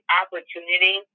opportunity